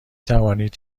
توانید